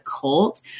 cult